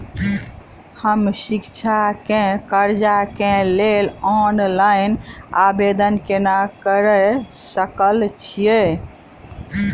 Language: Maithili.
हम शिक्षा केँ कर्जा केँ लेल ऑनलाइन आवेदन केना करऽ सकल छीयै?